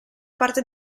parte